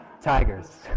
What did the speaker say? tigers